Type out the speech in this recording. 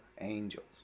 angels